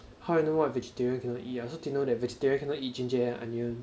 how I know what vegetarian cannot eat I also didn't know that vegetarian cannot eat ginger and onion